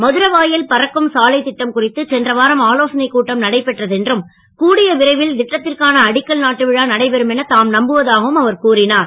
மதுரவாயல் பறக்கும் சாலைத் திட்டம் குறித்து சென்ற வாரம் ஆலோசனைக் கூட்டம் நடைபெற்றது என்றும் கூடிய விரைவில் திடத்திற்கான அடிக்கல் நாட்டும் விழா நடைபெறும் என தாம் நம்புவதாக அவர் கூறினார்